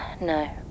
No